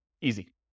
Easy